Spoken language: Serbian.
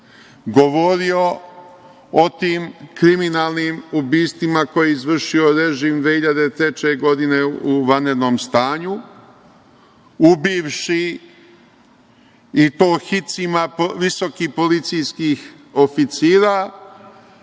govorio o tim kriminalnim ubistvima koji je izvršio režim 2003. godine u vanrednom stanju, ubivši i to hicima visokih policijskih oficira